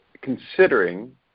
considering